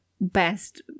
best